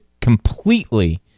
completely